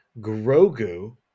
Grogu